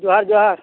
ଜୁହାର ଜୁହାର